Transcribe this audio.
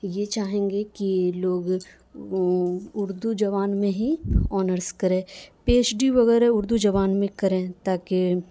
یہ چاہیں گے کہ لوگ اردو زبان میں ہی آنرس کریں پی ایچ ڈی وغیرہ اردو زبان میں کریں تاکہ